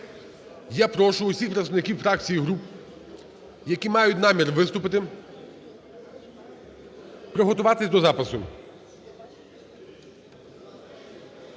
Я прошу усіх представників фракцій і груп, які мають намір виступити, приготуватись до запису.